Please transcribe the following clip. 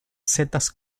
setas